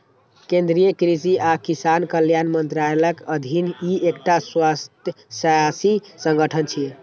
केंद्रीय कृषि आ किसान कल्याण मंत्रालयक अधीन ई एकटा स्वायत्तशासी संगठन छियै